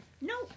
No